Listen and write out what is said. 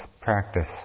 practice